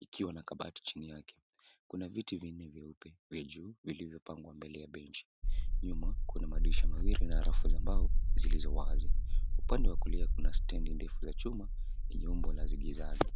ikiwa na kabati chini yake. Kuna viti vinne vyeupe, vya juu vilivyopangwa mbele ya benchi. Nyuma kuna madirisha mawili na rafu za mbao zilizo wazi. Upande wa kulia, kuna standi ndefu za chuma, yenye umbo la zigizagi.